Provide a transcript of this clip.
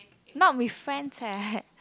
not with friends leh